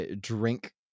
drink